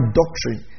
doctrine